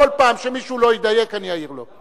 כל פעם שמישהו לא ידייק, אני אעיר לו.